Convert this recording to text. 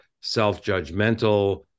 self-judgmental